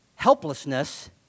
helplessness